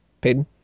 Peyton